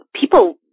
people